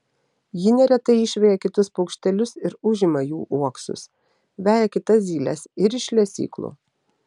ji neretai išveja kitus paukštelius ir užima jų uoksus veja kitas zyles ir iš lesyklų